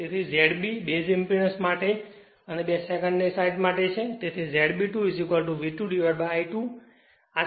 તેથી Z B base impedance માટે અને 2 સેકન્ડરી સાઈડ માટે છે તેથી Z B 2 V2I2